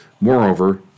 Moreover